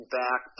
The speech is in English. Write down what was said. back